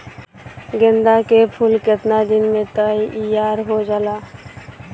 गेंदा के फूल केतना दिन में तइयार हो जाला?